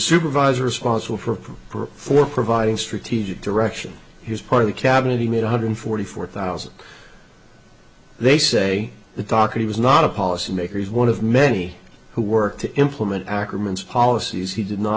supervisor responsible for for providing strategic direction his part of the cabinet he made one hundred forty four thousand they say the doctor he was not a policy maker is one of many who work to implement ackerman's policies he did not